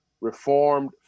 reformed